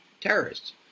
terrorists